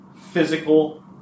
physical